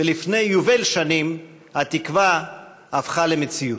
ולפני יובל שנים התקווה הפכה למציאות.